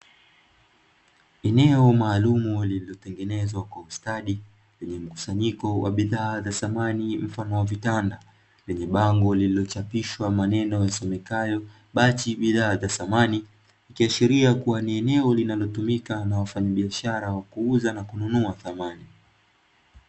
Eneo maalumu lililotengenezwa kwa ustadi lenye mkusanyiko wa bidhaa za samani mfano wa kitanda, lenye bango lililochapishwa maneno yasomekayo "Bachi bidhaa za samani". Likiashiria kuwa ni eneo linalotumika na wafanyabiashara wa kuuza na kununua samani.